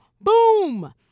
Boom